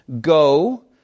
Go